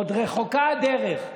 עוד רחוקה הדרך,